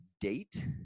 date